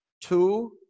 Two